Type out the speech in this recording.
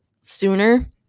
sooner